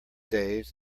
days